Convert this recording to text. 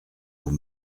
vous